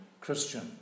Christian